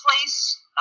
place